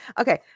Okay